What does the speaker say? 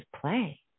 play